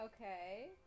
Okay